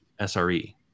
SRE